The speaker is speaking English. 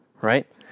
right